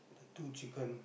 two chicken